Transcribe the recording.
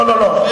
לא, לא, לא.